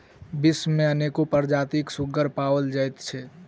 विश्व मे अनेको प्रजातिक सुग्गर पाओल जाइत छै